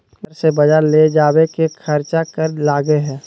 घर से बजार ले जावे के खर्चा कर लगो है?